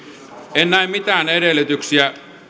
en näe mitään edellytyksiä